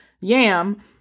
Yam